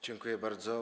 Dziękuję bardzo.